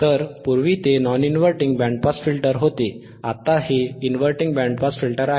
तर पूर्वी ते non inverting band pass filter होते आता हे इनव्हर्टिंग बँड पास फिल्टर आहे